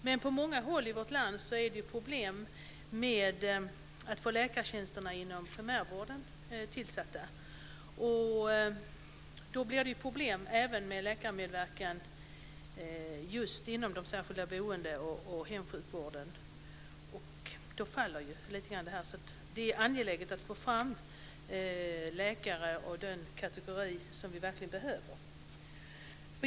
Men på många håll i vårt land är det problem med att få läkartjänsterna inom primärvården tillsatta. Då blir det problem även med läkarmedverkan inom de särskilda boendena och hemsjukvården, och då faller det här i någon mån. Det är alltså angeläget att få fram läkare av den kategori som vi verkligen behöver.